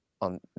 on